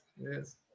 Yes